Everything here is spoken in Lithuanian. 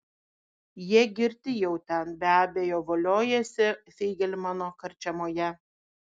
jie girti jau ten be abejo voliojasi feigelmano karčiamoje